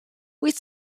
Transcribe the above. wyt